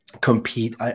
compete